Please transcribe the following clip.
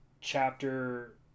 chapter